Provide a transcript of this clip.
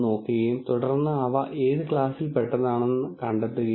ഈ സാഹചര്യത്തിൽ n f1 f2 എന്നീ 3 ക്ലാസുകൾ ഉണ്ടെന്ന് നിങ്ങൾ കാണുന്നു